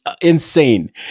insane